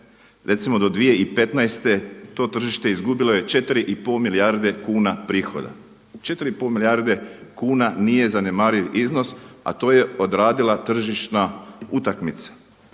recimo do 2015. to tržište je izgubilo 4 i pol milijarde kuna prihoda. 4 i pol milijarde kuna nije zanemariv iznos, a to je odradila tržišna utakmica.